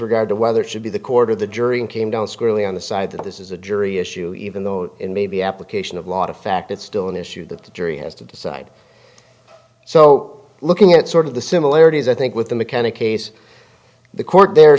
regard to whether it should be the court or the jury came down squarely on the side that this is a jury issue even though it may be application of lot of fact it's still an issue that the jury has to decide so looking at sort of the similarities i think with the mckenna case the court the